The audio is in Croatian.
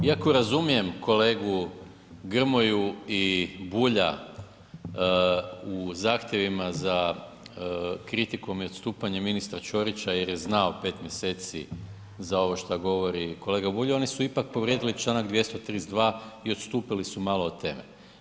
Iako razumijem kolegu Grmoju i Bulja u zahtjevima za kritikom i odstupanje ministra Ćorića jer je znao pet mjeseci za ovo što govori kolega Bulj oni su ipak povrijedili članak 232. i odstupili su malo od teme.